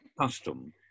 custom